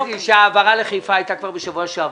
שההעברה לחיפה הייתה כבר בשבוע שעבר,